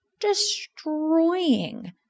destroying